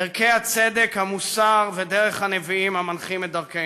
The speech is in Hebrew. ערכי הצדק, המוסר ודרך הנביאים המנחים את דרכנו.